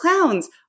clowns